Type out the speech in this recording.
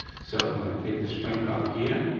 so, i'm gonna take the spring cup here,